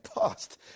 past